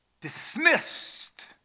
dismissed